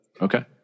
okay